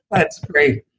that's great